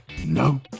no